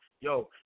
Yo